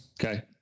Okay